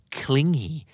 clingy